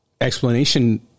explanation